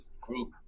group